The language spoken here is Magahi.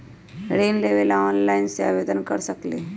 ऋण लेवे ला ऑनलाइन से आवेदन कर सकली?